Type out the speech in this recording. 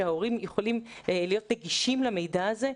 שההורים יכולים להיות נגישים למידע הזה.